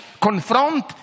confront